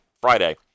Friday